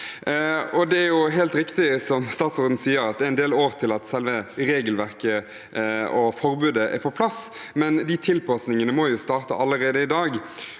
Det er helt riktig, som statsråden sier, at det er en del år til selve regelverket og forbudet er på plass, men de tilpasningene må jo starte allerede i dag.